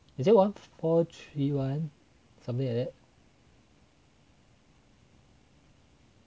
is it was one four three one something like that